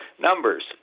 Numbers